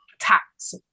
tax